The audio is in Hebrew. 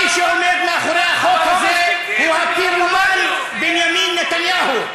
מי שעומד מאחורי החוק הזה הוא הפירומן בנימין נתניהו,